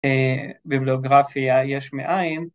‫ביבלוגרפיה יש מאין